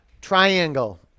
triangle